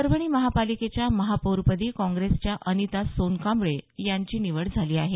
परभणी महापालिकेच्या महापौरपदी काँग्रेसच्या अनिता सोनकांबळे यांची निवड झाली आहे